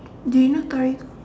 do you know Toriko